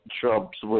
Trump's